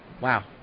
wow